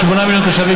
8 מיליון תושבים,